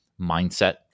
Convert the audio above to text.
mindset